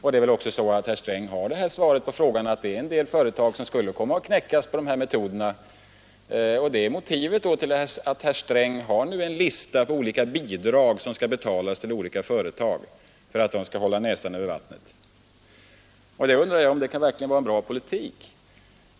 Herr Sträng har nog också svaret på frågan, att det är en del företag som skulle komma att knäckas av de här metoderna, och det är väl motivet till att han har en lista på olika bidrag som skall betalas till företag för att de skall hålla näsan över vattnet. Jag undrar om det verkligen kan vara en bra politik.